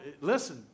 listen